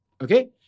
Okay